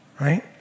Right